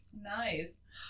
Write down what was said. Nice